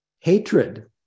Hatred